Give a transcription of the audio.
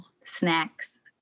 snacks